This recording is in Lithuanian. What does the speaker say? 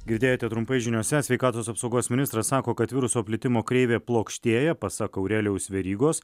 girdėjote trumpai žiniose sveikatos apsaugos ministras sako kad viruso plitimo kreivė plokštėja pasak aurelijaus verygos